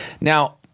Now